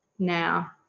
now